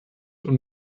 und